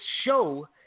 show